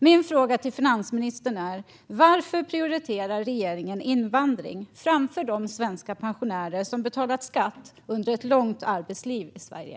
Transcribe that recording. Min fråga till finansministern är: Varför prioriterar regeringen invandring framför de svenska pensionärer som har betalat skatt under ett långt arbetsliv i Sverige?